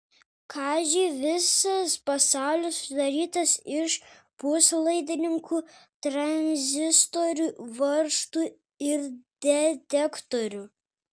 kaziui visas pasaulis sudarytas iš puslaidininkių tranzistorių varžtų ir detektorių